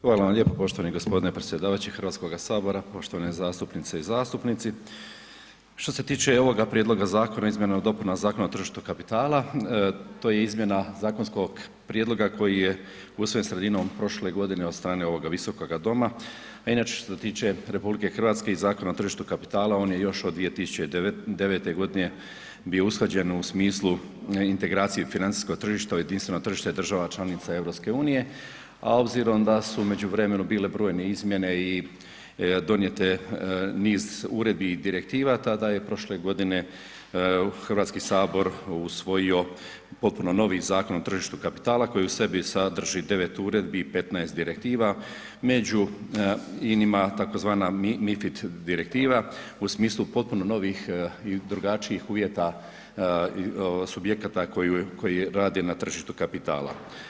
Hvala vam lijepo poštovani g. predsjedavajući HS, poštovane zastupnice i zastupnici, što se tiče ovoga prijedloga Zakona o izmjenama i dopunama Zakona o tržištu kapitala, to je izmjena zakonskog prijedloga koji je usvojen sredinom prošle godine od strane ovoga visokoga doma, a inače što se tiče RH i Zakona o tržištu kapitala, on je još od 2009.g. bio usklađen u smislu integracije financijskog tržišta u jedinstveno tržište država članica EU, a obzirom da su u međuvremenu bile brojne izmjene i donijete niz uredbi i direktiva tada je prošle godine HS usvojio potpuno novi Zakon o tržištu kapitala koji u sebi sadrži 9 uredbi i 15 direktiva, među inima tzv. mifit direktiva u smislu potpuno novih i drugačijih uvjeta subjekata koji rade na tržištu kapitala.